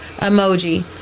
emoji